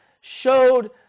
showed